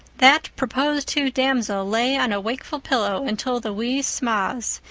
that proposed-to damsel lay on a wakeful pillow until the wee sma's,